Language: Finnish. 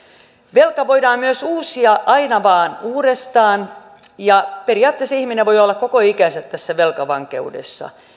velka voidaan myös uusia aina vain uudestaan ja periaatteessa ihminen voi olla koko ikänsä tässä velkavankeudessa